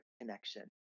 connection